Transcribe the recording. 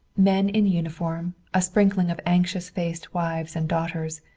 men in uniform, a sprinkling of anxious-faced wives and daughters,